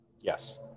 Yes